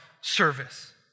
service